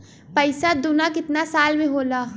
पैसा दूना कितना साल मे होला?